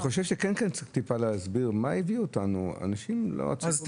אני חושב שכן צריך להסביר מעט מה הביא אותנו לקריסה כזאת של המערכת.